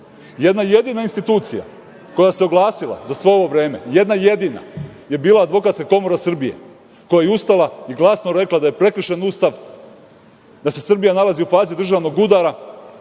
uvek. Jedna jedina institucija koja se oglasila za svo ovo vreme, jedna jedina, je bila Advokatska komora Srbije, koja je ustala i glasno rekla da je prekršen Ustav, da se Srbija nalazi u fazi državnog udara,